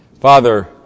Father